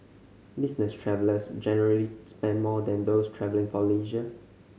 business travellers generally spend more than those travelling for leisure